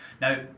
Now